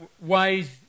ways